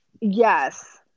Yes